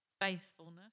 faithfulness